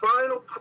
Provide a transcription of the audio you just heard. final